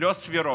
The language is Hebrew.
לא סבירות,